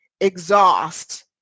exhaust